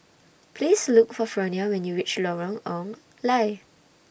Please Look For Fronia when YOU REACH Lorong Ong Lye